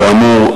כאמור,